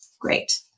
great